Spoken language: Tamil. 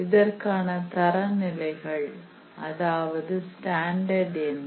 இதற்கான தரநிலைகள் அதாவது ஸ்டாண்டர்ட் என்ன